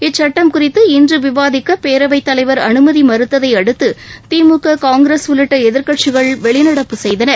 இச்சுட்டம் குறித்து இன்று விவாதிக்க பேரவைத் தலைவர் அனுமதி மறுத்ததை அடுத்து திமுக காங்கிரஸ் உள்ளிட்ட எதிர்க்கட்சிகள் வெளிநடப்பு செய்தன